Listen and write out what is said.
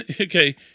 Okay